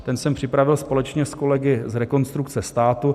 Ten jsem připravil společně s kolegy z Rekonstrukce státu.